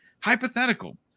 hypothetical